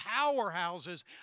powerhouses